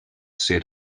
ser